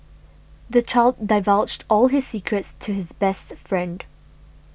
the child divulged all his secrets to his best friend